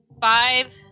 five